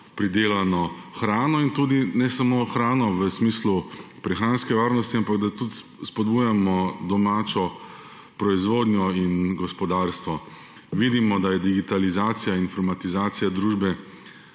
pridelano hrano, pa ne samo hrane v smislu prehranske varnosti, ampak da spodbujamo tudi domačo proizvodnjo in gospodarstvo. Vidimo, da nam digitalizacija in informatizacija družbe